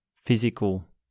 physical